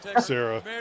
Sarah